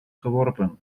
geworpen